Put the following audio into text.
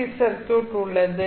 C circuit உள்ளது